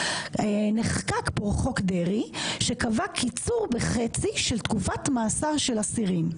נחקק פה חוק דרעי שקבע קיצור בחצי של תקופת מאסר של אסירים.